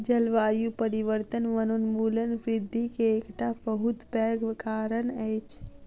जलवायु परिवर्तन वनोन्मूलन वृद्धि के एकटा बहुत पैघ कारण अछि